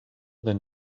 than